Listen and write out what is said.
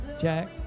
Jack